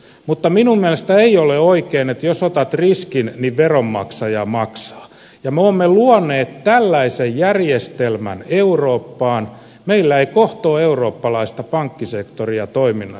mutta minun mielestäni ei ole oikein että jos otat riskin niin veronmaksaja maksaa ja me olemme luoneet tällaisen järjestelmän eurooppaan meillä ei kohta ole eurooppalaista pankkisektoria toiminnassa